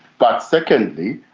but secondly,